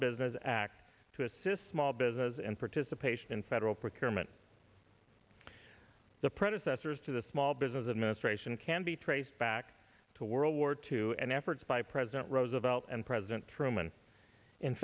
business act to assist small businesses and participation in federal procurement the predecessors to the small business administration can be traced back to world war two and efforts by president roosevelt and president truman in